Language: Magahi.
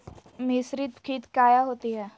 मिसरीत खित काया होती है?